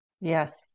yes